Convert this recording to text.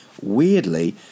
weirdly